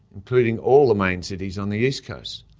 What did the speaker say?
including all the main cities on the east coast.